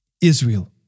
Israel